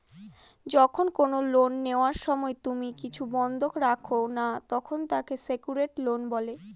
যখন কোনো লোন নেওয়ার সময় তুমি কিছু বন্ধক রাখো না, তখন তাকে সেক্যুরড লোন বলে